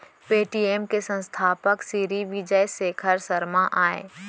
Paytm के संस्थापक सिरी विजय शेखर शर्मा अय